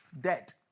dead